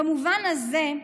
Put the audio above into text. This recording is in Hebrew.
במובן הזה,